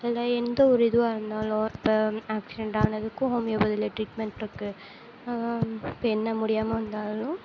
இல்லை எந்த ஒரு இதுவாக இருந்தாலும் இப்போ ஆக்சிடெண்ட் ஆனதுக்கும் ஹோமியோபதியில் ட்ரீட்மெண்ட் இருக்குது இப்போ என்ன முடியாமல் வந்தாலும்